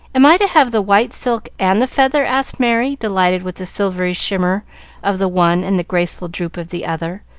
am i to have the white silk and the feather? asked merry, delighted with the silvery shimmer of the one and the graceful droop of the other,